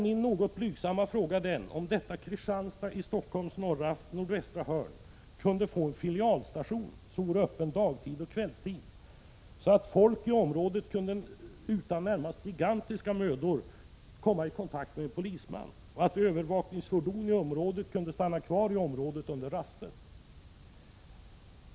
Min något blygsamma fråga är den, om detta Kristianstad i Stockholms nordvästra hörn kunde få en filialstation som vore öppen dagtid och kvällstid, så att folk i området, utan närmast gigantiska mödor, kunde komma i kontakt med en polisman och att övervakningsfordon i området kunde stanna kvar under rasten.